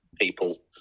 people